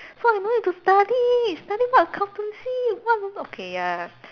so I don't need to study study what accountancy what what okay ya